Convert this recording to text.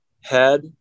Head